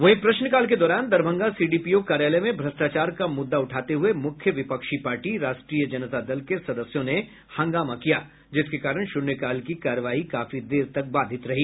वहीं प्रश्नकाल के दौरान दरभंगा सीडीपीओ कार्यालय में भ्रष्टाचार का मुद्दा उठाते हुए मुख्य विपक्षी पार्टी राष्ट्रीय जनता दल के सदस्यों ने हंगामा किया जिसके कारण शून्यकाल की कार्यवाही काफी देर तक बाधित रही